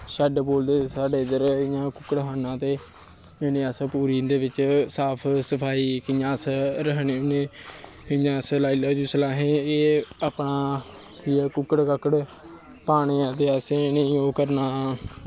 shed बोलदे साढ़े इद्धर कुक्कड़खान्ना ते हून अस पूरी इं'दे बिच्च साफ सफाई कि'यां रक्खने होन्नें इ'यां लाई लाओ जिसलै असें अपना कुक्कड़ काकड़ पान्ने ऐं ते असें इ'नेंगी ओह् करनां